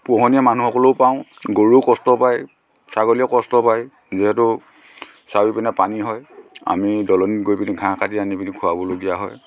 পুহনীয়া মানুহক হ'লেও পাওঁ গৰুও কষ্ট পায় ছাগলীয়ে কষ্ট পায় যিহেতু চাৰিওপিনে পানী হয় আমি দলনিত গৈ পিনে ঘাঁহ কাটি আনি খোৱাবলগীয়া হয়